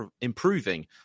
improving